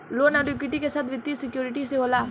loan अउर equity के साथ वित्तीय सिक्योरिटी से होला